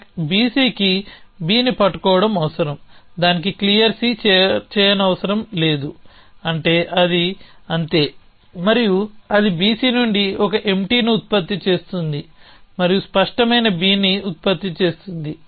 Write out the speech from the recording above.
stock BC కి Bని పట్టుకోవడం అవసరం దానికి clear అవసరం లేదు అంటే అది అంతే మరియు అది BC నుండి ఒక ఎంప్టీని ఉత్పత్తి చేస్తుంది మరియు స్పష్టమైన Bని ఉత్పత్తి చేస్తుంది